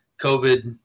COVID